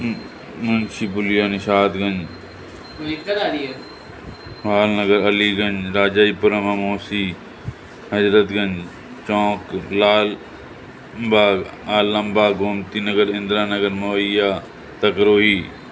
Munshipulia Nishatganj Jawahar Nagar Aliganj Rajajipuram Amausi Hazratganj Chowk Lal Bagh Alambagh Gomti Nagar Indiranagar Mawaiya Takrohi